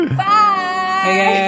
bye